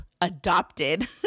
adopted